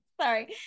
sorry